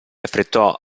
affrettò